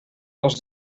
als